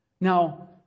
now